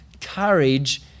courage